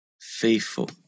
faithful